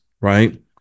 right